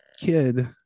kid